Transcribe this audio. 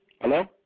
Hello